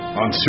on